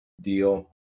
deal